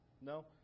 No